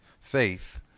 faith